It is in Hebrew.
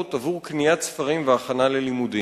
עבור קניית ספרים והכנה ללימודים.